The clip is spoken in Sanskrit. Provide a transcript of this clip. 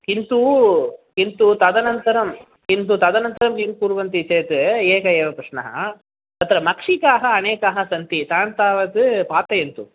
किन्तु किन्तु तदनन्तरं किन्तु तदनन्तरं किं कुर्वन्ति चेत् एकः एव प्रश्नः तत्र मक्षिकाः अनेके सन्ति तान् तावत् पातयन्तु